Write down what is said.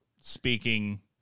speaking